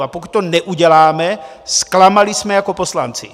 A pokud to neuděláme, zklamali jsme jako poslanci!